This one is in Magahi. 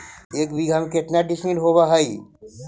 एक बीघा में केतना डिसिमिल होव हइ?